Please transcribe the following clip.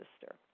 sister